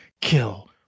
kill